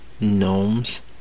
Gnomes